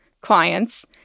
clients